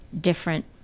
different